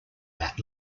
that